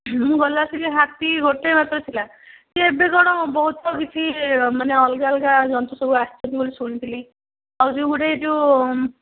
ମୁଁ ଗଲା ଆସିକି ହାତୀ ଗୋଟେ ମାତ୍ର ଥିଲା ସିଏ ଏବେ କ'ଣ ବହୁତ କିଛି ମାନେ ଅଲଗା ଅଲଗା ଜନ୍ତୁ ସବୁ ଆସିଛନ୍ତି ବୋଲି ଶୁଣିଥିଲି ଆଉ ଯେଉଁ ଗୋଟେ ଯେଉଁ